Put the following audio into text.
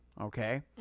okay